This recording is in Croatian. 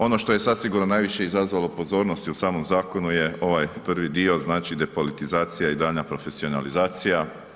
Ono što je zasigurno najviše izazvalo pozornosti u samom zakonu je ovaj prvi dio, znači depolitizacija i daljnja profesionalizacija.